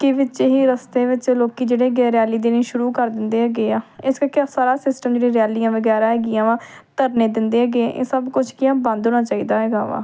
ਕਿ ਵਿੱਚ ਹੀ ਰਸਤੇ ਵਿੱਚ ਲੋਕ ਜਿਹੜੇ ਹੈਗੇ ਹੈ ਰੈਲੀ ਦੇਣੀ ਸ਼ੁਰੂ ਕਰ ਦਿੰਦੇ ਹੈਗੇ ਆ ਇਸ ਕਰਕੇ ਉਹ ਸਾਰਾ ਸਿਸਟਮ ਜਿਹੜੀਆਂ ਰੈਲੀਆਂ ਵਗੈਰਾ ਹੈਗੀਆਂ ਵਾਂ ਧਰਨੇ ਦਿੰਦੇ ਹੈਗੇ ਇਹ ਸਭ ਕੁਛ ਕੀ ਹੈ ਬੰਦ ਹੋਣਾ ਚਾਹੀਦਾ ਹੈਗਾ ਵਾ